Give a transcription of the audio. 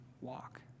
walk